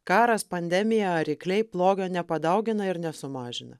karas pandemija ar rykliai blogio nepadaugina ir nesumažina